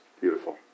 Beautiful